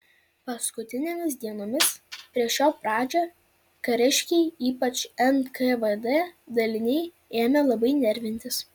paskutinėmis dienomis prieš jo pradžią kariškiai ypač nkvd daliniai ėmė labai nervintis